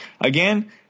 again